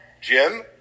Jim